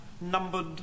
numbered